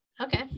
okay